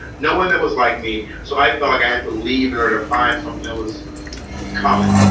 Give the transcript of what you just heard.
no one that was like me. so i felt like i had to leave and or to find something that was common.